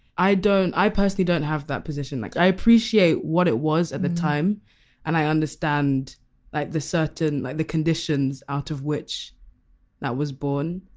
i don't i personally don't have that position. like i appreciate what it was at the time and i understand like the certain like the conditions out of which that was born.